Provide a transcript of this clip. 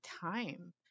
time